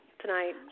tonight